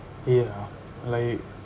ya like